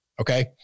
Okay